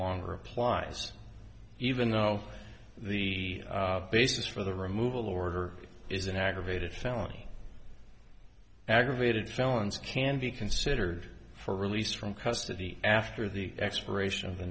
longer applies even though the basis for the removal order is an aggravated felony aggravated felons can be considered for released from custody after the expiration of the